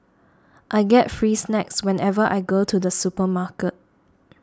I get free snacks whenever I go to the supermarket